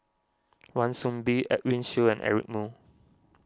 Wan Soon Bee Edwin Siew and Eric Moo